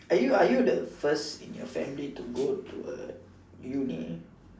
are you are you the first in your family to go to a uni